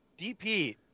DP